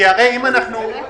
לא יחול.